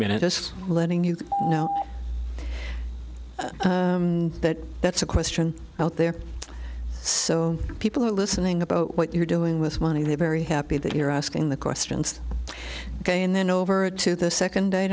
it just letting you know that that's a question out there so people are listening about what you're doing with money they're very happy that you're asking the questions ok and then over to the second